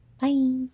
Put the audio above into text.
Bye